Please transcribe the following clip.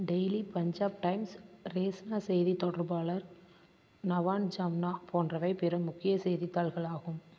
daily Punjab times ரேசனா செய்தித் தொடர்பாளர் நவான் ஜம்னா போன்றவை பிற முக்கிய செய்தித்தாள்கள் ஆகும்